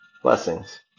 Blessings